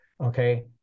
okay